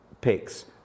picks